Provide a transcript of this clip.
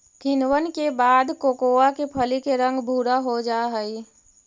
किण्वन के बाद कोकोआ के फली के रंग भुरा हो जा हई